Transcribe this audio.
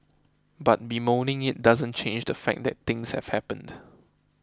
but bemoaning it doesn't change the fact that things have happened